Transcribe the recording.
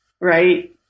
right